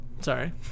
Sorry